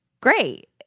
great